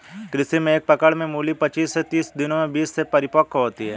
कृषि में एक पकड़ में मूली पचीस से तीस दिनों में बीज से परिपक्व होती है